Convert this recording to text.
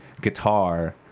guitar